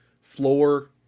floor